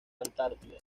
antártida